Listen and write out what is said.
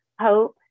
hope